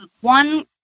one